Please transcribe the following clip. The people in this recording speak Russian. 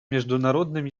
международным